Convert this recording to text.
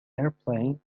airplane